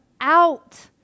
out